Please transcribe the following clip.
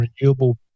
renewable